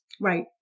Right